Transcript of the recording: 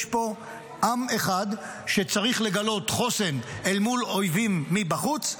יש פה עם אחד שצריך לגלות חוסן אל מול אויבים מבחוץ,